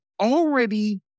already